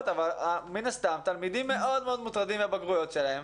אבל מן הסתם תלמידים מאוד מאוד מוטרדים מהבגרויות שלהם